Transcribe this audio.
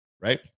right